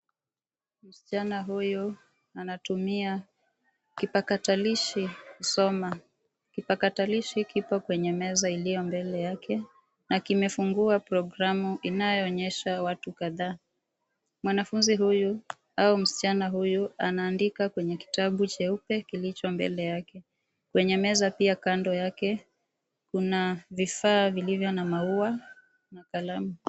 Kijana huyu anatumia kipakatalishi kusoma. Kipakatalishi kiko kwenye meza iliyo mbele yake na kimefungua programu inayoonyesha watu kadhaa. Mwanafunzi huyu au msichana huyu anaandika kwenye kitabu cheupe kilicho mbele yake. Kwenye meza pia kando yake kuna vifaa vilivyo na maua na kalamu.